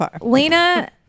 Lena